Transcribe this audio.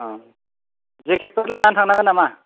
औ जेखेटफोर लानानै थांनांगोन नामा